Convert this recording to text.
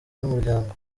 n’umuryango